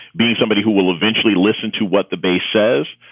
being somebody who will eventually listen to what the base says.